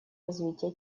развитие